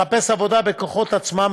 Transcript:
לחפש עבודה בכוחות עצמם,